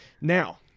Now